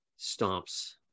stomps